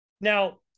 Now